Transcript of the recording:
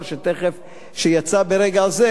שיצא ברגע זה,